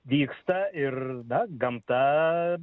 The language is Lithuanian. vyksta ir na gamta